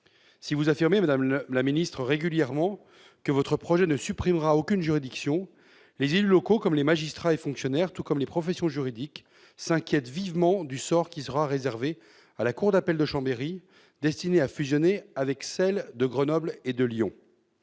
Si vous affirmez régulièrement, madame la ministre, que votre projet ne supprimera aucune juridiction, les élus locaux, de même que les magistrats, les fonctionnaires et les professions juridiques, s'inquiètent vivement du sort qui sera réservé à la cour d'appel de Chambéry, destinée à fusionner avec celles de Grenoble et de Lyon.